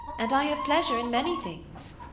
and i have pleasure in many things.